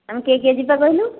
ଆମେ କିଏ କିଏ ଯିବା କହିଲୁ